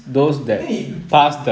I mean if you